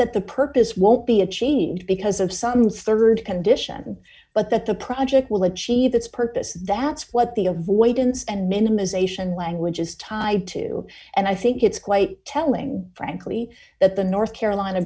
that the purpose won't be achieved because of some rd condition but that the project will achieve its purpose that's what the avoidance and minimisation language is tied to and i think it's quite telling frankly that the north carolina